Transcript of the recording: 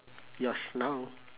yours now